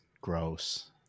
gross